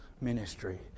ministry